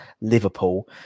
Liverpool